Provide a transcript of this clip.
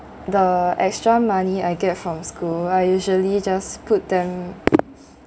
the extra money I get from school I usually just put them